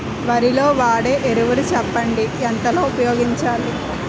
వరిలో వాడే ఎరువులు చెప్పండి? ఎంత లో ఉపయోగించాలీ?